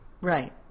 Right